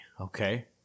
Okay